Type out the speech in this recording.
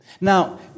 Now